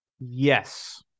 yes